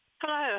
Hello